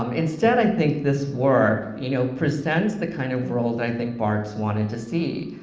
um instead, i think this work you know prescinds the kind of worlds i think barthes wanted to see,